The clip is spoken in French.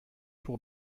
pour